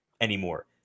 anymore